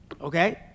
Okay